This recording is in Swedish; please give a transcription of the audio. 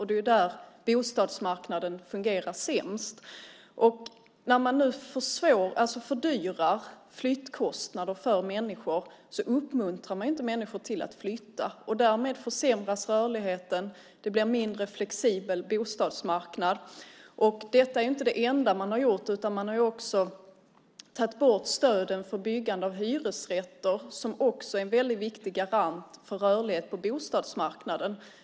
Det är där bostadsmarknaden fungerar sämst. När man fördyrar och ökar flyttkostnader för människor uppmuntrar man inte människor att flytta. Därmed försämras rörligheten. Det blir en mindre flexibel bostadsmarknad. Detta är inte det enda man har gjort. Man har också tagit bort stöden för byggande av hyresrätter. Det är en väldigt viktig garant för rörlighet på bostadsmarknaden.